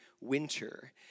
winter